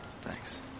Thanks